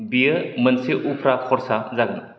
बियो मोनसे उफ्रा खरसा जागोन